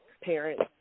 parents